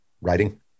writing